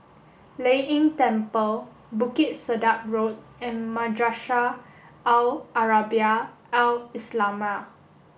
Lei Yin Temple Bukit Sedap Road and Madrasah Al Arabiah Al islamiah